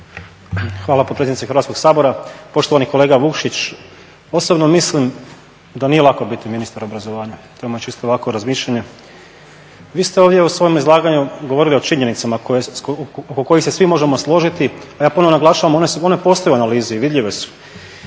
Hvala potpredsjednice Hrvatskog sabora. Poštovani kolega Vukšić, osobno mislim da nije lako biti ministar obrazovanja, to je moje čisto ovako razmišljanje. Vi ste ovdje u svom izlaganju govorili o činjenicama o kojih se svi možemo složiti, a ja ponovno naglašavam one postoje u analizi i vidljive su.